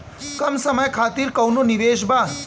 कम समय खातिर कौनो निवेश बा?